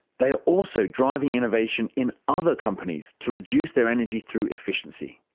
they are also driving innovation in other companies to reduce their energy through efficiency.